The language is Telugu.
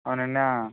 అవునండీ